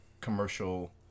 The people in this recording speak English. commercial